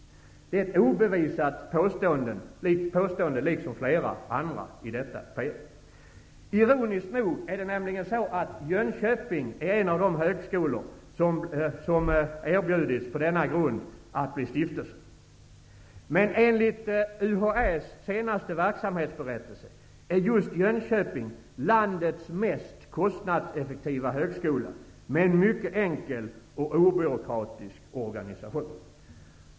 Detta påstående är, liksom flera andra i denna PM, obevisat. Ironiskt nog är nämligen Jönköping en av de högskolor som på denna grund erbjudits att bli stiftelse. Men enligt UHÄ:s senaste verksamhetsberättelse är just Jönköping landets mest kostnadseffektiva högskola, med en mycket enkel och obyråkratisk organisation.